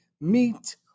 Meet